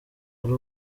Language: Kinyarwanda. uri